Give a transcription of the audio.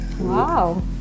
Wow